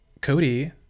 cody